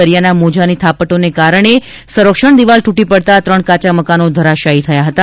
દરિયાના મોજાની થાપટોના લીધે સંરક્ષણ દીવાલ ત્રટી પડતા ત્રણ કાચા મકાનો ધરાશયી થયા હતા